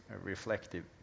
reflective